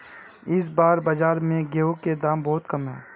इस बार बाजार में गेंहू के दाम बहुत कम है?